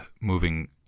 moving